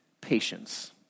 patience